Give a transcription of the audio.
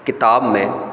किताब में